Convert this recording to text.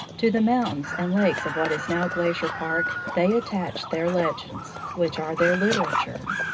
to the mountains and lakes of what is now glacier park, they attached their legends, which are their literature.